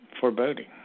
foreboding